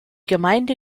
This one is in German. gemeinde